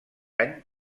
any